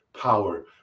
power